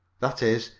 that is,